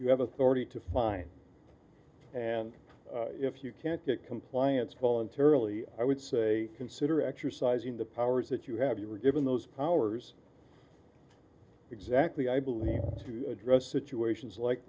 you have authority to find and if you can't get compliance voluntarily i would say consider exercising the powers that you have you were given those powers exactly i believe to address situations like